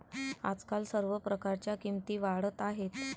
आजकाल सर्व प्रकारच्या किमती वाढत आहेत